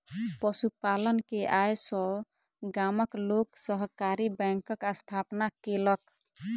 पशु पालन के आय सॅ गामक लोक सहकारी बैंकक स्थापना केलक